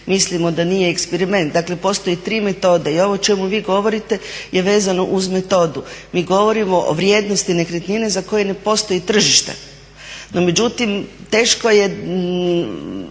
mislimo da nije eksperiment. Dakle, postoje tri metode i ovo o čemu vi govorite je vezano uz metodu. Mi govorimo o vrijednosti nekretnine za koje ne postoji tržište. No međutim, teško je